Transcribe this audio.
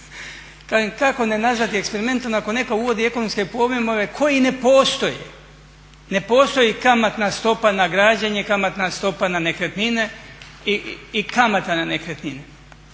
kako ne nazvati eksperimentom ako netko uvodi ekonomske pojmove koji ne postoje i kamatna stopa na građenje, kamatna stopa na nekretnine i kamata na nekretnine.